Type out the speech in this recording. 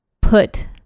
put